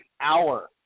hour